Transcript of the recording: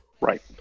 Right